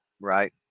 right